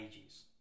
ages